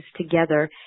together